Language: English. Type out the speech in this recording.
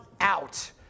out